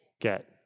get